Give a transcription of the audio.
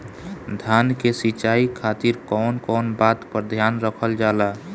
धान के सिंचाई खातिर कवन कवन बात पर ध्यान रखल जा ला?